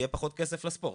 יהיה פחות כסף לספורט.